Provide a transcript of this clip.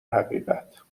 حقیقت